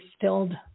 filled